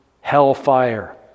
hellfire